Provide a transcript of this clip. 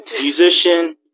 musician